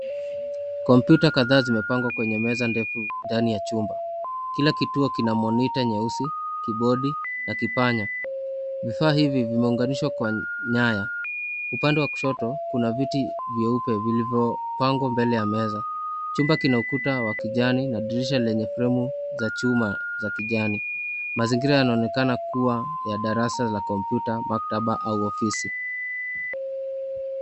Kompyuta kadhaa zimepangwa kwenye chuma ndefu ndani ya chumba. Kila kituo kina monita nyeusi, kibodi na kipanya vifaa hivi vimeunganishwa kwa nyaya. Upande wa kushoto kuna viti vieupe vilivyopangwa mbele ya meza, chumba kina ukuta wa kijani na dirisha lenye fremu za chuma za kijani. Mazingira yanaonekana kuwa ya darasa la kompyuta, maktaba au ofisi.